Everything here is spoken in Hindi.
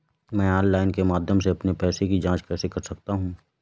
मैं ऑनलाइन के माध्यम से अपने पैसे की जाँच कैसे कर सकता हूँ?